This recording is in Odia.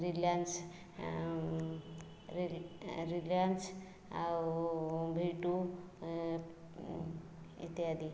ରିଲିଆନ୍ସ ରିଲିଆନ୍ସ ଆଉ ଭି ଟୁ ଇତ୍ୟାଦି